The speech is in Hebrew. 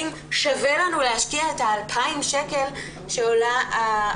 שווה לנו להשקיע את ה-2,000 שקל שעולה בדיקת השיער.